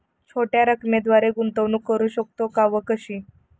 छोट्या रकमेद्वारे गुंतवणूक करू शकतो का व कशी?